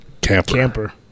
camper